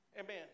Amen